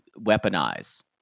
weaponize